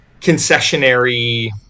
concessionary